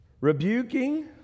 rebuking